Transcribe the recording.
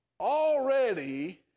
already